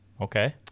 Okay